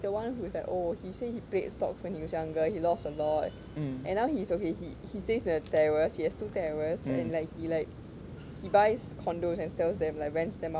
the one who's like oh he say he played stocks when he was younger he lost a lot and now he's okay he he stays a terrace he has two terrace and like he like he buys condos and sells them like rents them out you know